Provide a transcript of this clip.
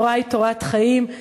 התורה היא תורת חיים,